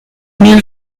mille